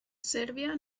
sèrbia